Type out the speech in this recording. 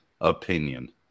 opinion